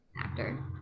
actor